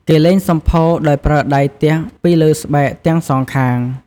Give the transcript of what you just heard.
គេលេងសំភោរដោយប្រើដៃទះពីលើស្បែកទាំងសងខាង។